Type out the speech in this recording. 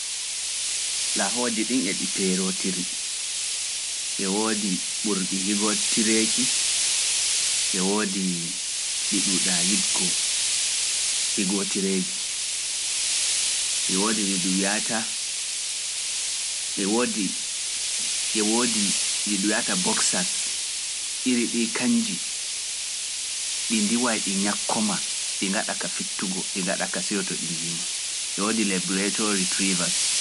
Laahooji ɗin eɗi peerotiri, e woodi ɓurɗi higotireeji, e woodi ndiway ɗi ñakko ma ɗi ngaɗa ka fittugo ɗi gaɗa ka seyoto ɗi njiima e wodi lebletori Trivas.